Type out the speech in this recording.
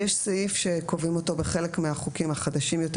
יש סעיף שקובעים אותו בחלק מהחוקים החדשים יותר,